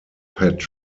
plays